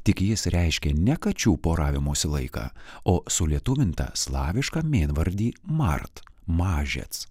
tik jis reiškė ne kačių poravimosi laiką o sulietuvintą slavišką mėnvardį mart mažets